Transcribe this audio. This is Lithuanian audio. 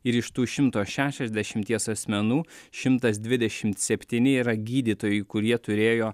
ir iš tų šimto šešiasdešimties asmenų šimtas dvidešimt septyni yra gydytojai kurie turėjo